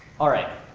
all right,